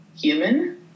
human